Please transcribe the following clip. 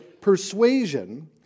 persuasion